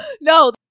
No